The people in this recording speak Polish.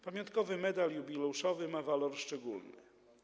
Pamiątkowy medal jubileuszowy ma walor szczególny.